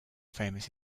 famous